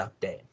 update